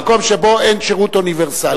במקום שבו אין שירות אוניברסלי.